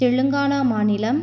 தெலுங்கானா மாநிலம்